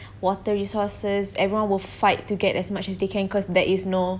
water resources everyone will fight to get as much as they can cause there is no